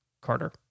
Carter